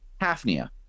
Hafnia